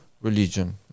religion